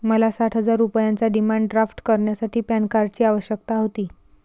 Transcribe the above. मला साठ हजार रुपयांचा डिमांड ड्राफ्ट करण्यासाठी पॅन कार्डची आवश्यकता होती